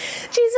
jesus